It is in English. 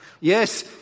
Yes